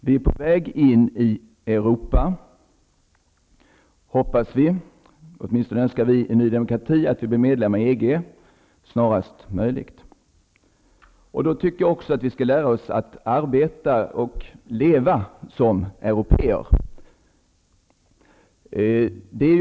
Vi är på väg in i Europagemenskapen -- åtminstone önskar vi i Ny demokrati att vi snarast möjligt blir medlemmar i EG -- och då skall vi också lära oss att leva och arbeta som européer i övrigt.